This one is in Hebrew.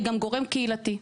היא גם גורם קהילתי,